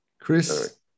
Chris